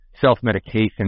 self-medication